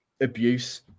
abuse